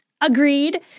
agreed